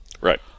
Right